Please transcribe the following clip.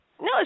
No